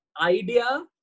idea